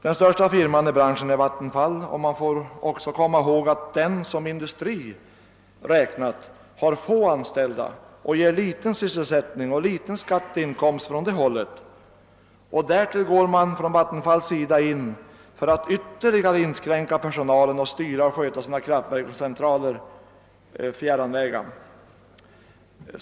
Den största firman i branschen är Vattenfall, och man får också komma ihåg att den som industri räknat har få anställda och ger liten sysselsättning. Det blir liten skatteinkomt från det hållet, och därtill kommer att Vattenfall går in för att ytterligare inskränka personalen och styra och sköta sina kraftverk från centraler fjärran från ifrågavarande kommuner.